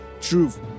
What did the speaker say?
truth